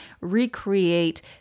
recreate